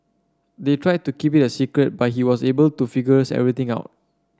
they tried to keep it secret but he was able to figures everything out